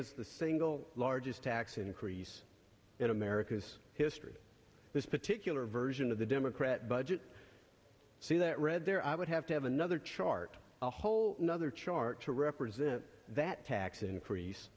us the single largest tax increase in america's history this particular version of the democrat budget see that red there i would have to have another chart a whole nother chart to represent that tax increase